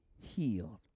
healed